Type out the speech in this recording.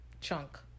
Chunk